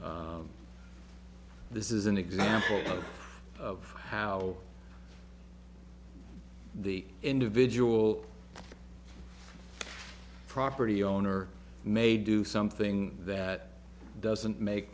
a this is an example of how the individual property owner may do something that doesn't make